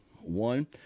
one